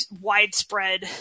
widespread